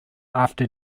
after